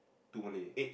two Malay